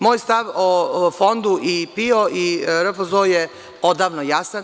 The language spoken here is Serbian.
Moj stav o Fondu i PIO i RFZO je odavno jasan.